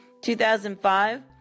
2005